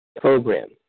program